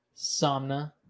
Somna